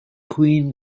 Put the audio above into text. queen